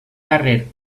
darrer